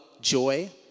joy